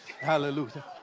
Hallelujah